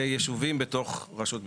יישובים בתוך רשות מקומית.